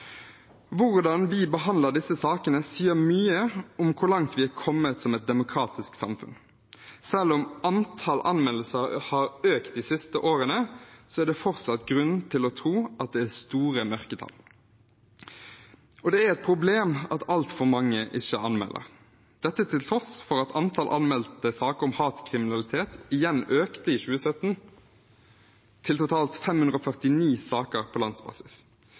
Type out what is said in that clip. Hvordan vi behandler disse sakene, sier mye om hvor langt vi har kommet som et demokratisk samfunn. Selv om antall anmeldelser har økt de siste årene, er det fortsatt grunn til å tro at det er store mørketall. Det er et problem at altfor mange ikke anmelder – dette til tross for at antall anmeldte saker om hatkriminalitet igjen økte i 2017, til totalt 549 saker på landsbasis.